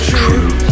true